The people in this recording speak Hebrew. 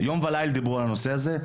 יום וליל דיברו על הנושא הזה,